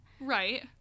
Right